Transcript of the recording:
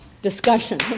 discussion